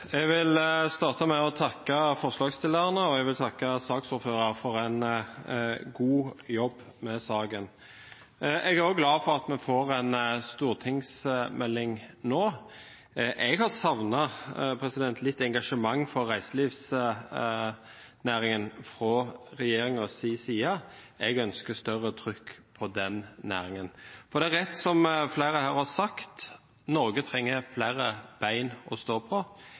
Jeg vil starte med å takke forslagsstillerne og saksordføreren for en god jobb med saken. Jeg er også glad for at vi får en stortingsmelding nå. Jeg har savnet litt engasjement for reiselivsnæringen fra regjeringens side. Jeg ønsker større trykk på denne næringen. Det er rett som flere her har sagt: Norge trenger flere bein å stå på,